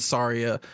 Saria